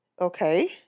Okay